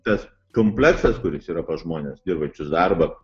tas kompleksas kuris yra pas žmones dirbančius darbą